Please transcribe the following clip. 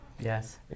Yes